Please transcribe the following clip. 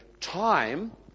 time